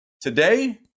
today